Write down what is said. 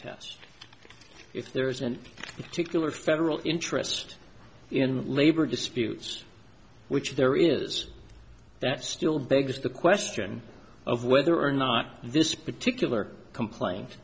test if there is an tickler federal interest in labor disputes which there is that still begs the question of whether or not this particular complain